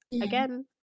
again